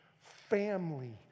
family